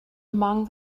among